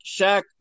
Shaq